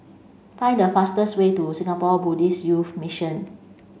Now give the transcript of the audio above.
find the fastest way to Singapore Buddhist Youth Mission